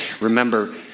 Remember